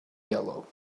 yellow